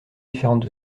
différentes